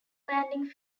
landing